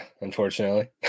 unfortunately